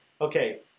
okay